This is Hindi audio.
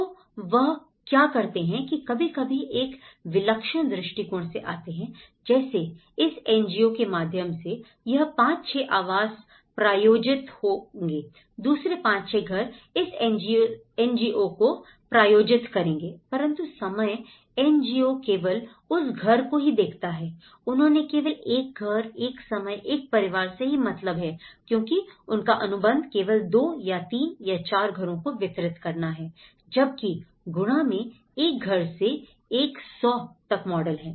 तो वह क्या करते हैं की कभी कभी एक विलक्षण दृष्टिकोण से आते हैं जैसे इस एनजीओ के माध्यम से यह 5 6 आवास प्रायोजित होंगे दूसरे 5 6 घर इस एनजीओ को प्रायोजित करेंगे परंतु समय एनजीओ केवल उस घर को ही देखता है उन्होंने केवल एक घर एक समय एक परिवार से ही मतलब है क्योंकि उनका अनुबंध केवल 2 या 3 या 4 घरों को वितरित करने का है जबकि गुणा में एक घर से एक 100 तक मॉडल है